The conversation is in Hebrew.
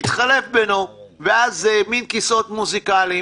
יתחלף בינו ואז מן כיסאות מוזיקליים.